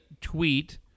tweet